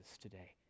today